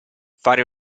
fare